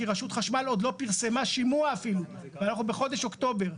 כי רשות חשמל עוד לא פרסמה שימוע אפילו ואנחנו בחודש אוקטובר.